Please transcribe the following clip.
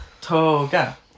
toga